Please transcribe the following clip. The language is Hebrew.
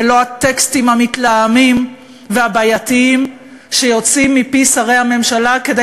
ולא הטקסטים המתלהמים והבעייתיים שיוצאים מפי שרי הממשלה כדי